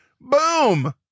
boom